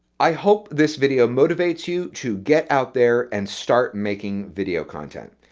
i hope this video motivates you to get out there and start making video content.